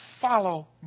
Follow